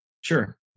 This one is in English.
Sure